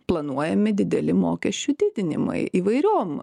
planuojami dideli mokesčių didinimai įvairiom